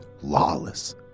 lawless